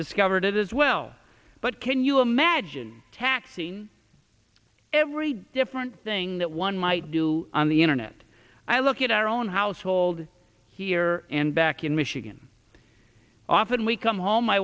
discovered it as well but can you imagine taxing every different thing that one might do on the internet i look at our own household here and back in michigan often we come home my